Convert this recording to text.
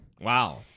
wow